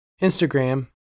Instagram